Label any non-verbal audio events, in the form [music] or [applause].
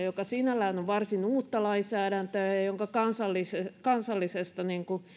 [unintelligible] joka sinällään on varsin uutta lainsäädäntöä ja ja jonka kansallisesta kansallisesta